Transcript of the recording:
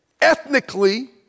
Ethnically